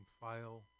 file